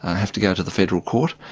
have to go to the federal court,